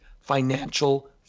financial